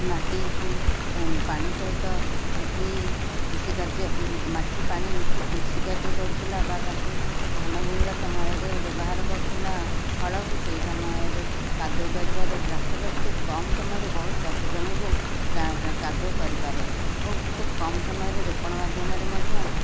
ମାଟିକୁ ପାଣି ସହିତ ମିଶେଇ କୃଷିକାର୍ଯ୍ୟ ମାଟି ପାଣି ମିଶି କୃଷିକାର୍ଯ୍ୟ କରୁଥିଲା ବା ତାକୁ ଧାନ ବୁଣିବା ସମୟରେ ବ୍ୟବହାର କରୁଥିଲା ହଳକୁ ସେଇ ସମୟରେ କାଦୁଅ କରିବାରେ ଟ୍ରାକ୍ଟର ଖୁବ୍ କମ୍ ସମୟରେ ବହୁତ ଚାଷଜମିକୁ କାଦୁଅ କରିପାରେ ଓ ଖୁବ୍ କମ୍ ସମୟରେ ରୋପଣ ମାଧ୍ୟମରେ ମଧ୍ୟ